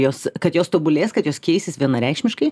jos kad jos tobulės kad jos keisis vienareikšmiškai